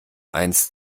eins